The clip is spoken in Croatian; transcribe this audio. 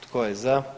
Tko je za?